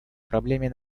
проблеме